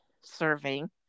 serving